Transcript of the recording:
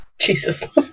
Jesus